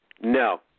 No